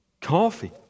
Coffee